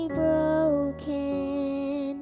broken